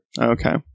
Okay